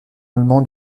allemand